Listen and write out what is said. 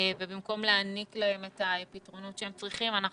ובמקום להעניק להם את הפתרונות שהם צריכים אנחנו